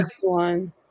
one